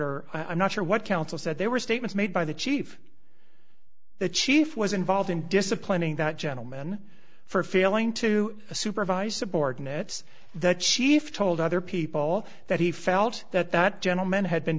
not sure what counsel said there were statements made by the chief the chief was involved in disciplining that gentleman for failing to supervise subordinates the chief told other people that he felt that that gentleman had been